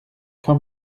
quand